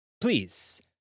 Please